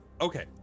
Okay